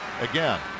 again